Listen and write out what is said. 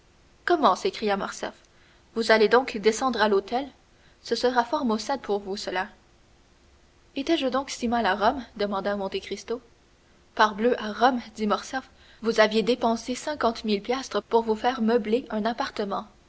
comment s'écria morcerf vous allez donc descendre à l'hôtel ce sera fort maussade pour vous cela étais-je donc si mal à rome demanda monte cristo parbleu à rome dit morcerf vous aviez dépensé cinquante mille piastres pour vous faire meubler un appartement